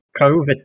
COVID